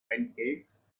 pancakes